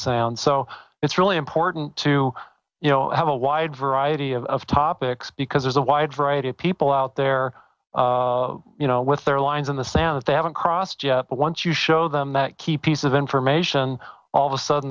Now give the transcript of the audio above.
sound so it's really important to you know have a wide variety of topics because there's a wide variety of people out there you know with their lines in the sand that they haven't crossed yet but once you show them that key piece of information all of a sudden